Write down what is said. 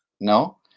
No